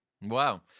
Wow